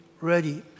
ready